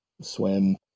swim